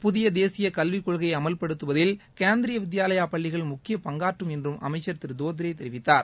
புதிய தேசிய கல்விக் கொள்கையை அமல்படுத்துவதில் கேந்திரீய வித்யாலாய பள்ளிகள் முக்கிய பங்காற்றம் என்றும் அமைச்சர் திரு தோத்ரே தெரிவித்தார்